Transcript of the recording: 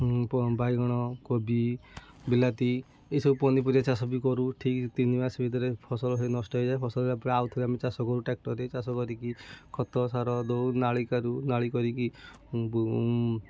ବାଇଗଣ କୋବି ବିଲାତି ଏସବୁ ପନିପରିବା ଚାଷ ବି କରୁ ଠିକ୍ ତିନି ମାସ ଭିତରେ ଫସଲ ନଷ୍ଟ ହେଇଯାଏ ଫସଲ ହେଲା ପରେ ଆଉଥରେ ଆମେ ଚାଷ କରୁ ଟ୍ରାକ୍ଟରରେ ଚାଷ କରିକି ଖତ ସାର ଦଉ ନାଳି କରୁ ନାଳି କରିକି